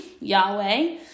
Yahweh